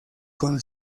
con